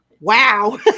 wow